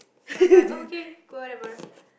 I'm like okay go whatever